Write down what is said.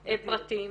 מביטוחים פרטיים.